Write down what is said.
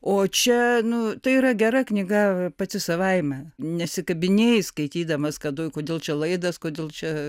o čia nu tai yra gera knyga pati savaime nesikabinėji skaitydamas kad oj kodėl čia laidas kodėl čia